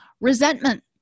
Resentment